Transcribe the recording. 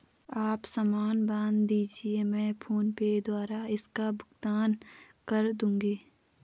आप सामान बांध दीजिये, मैं फोन पे द्वारा इसका भुगतान कर दूंगी